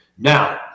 Now